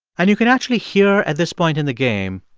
and you can actually hear at this point in the game,